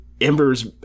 Ember's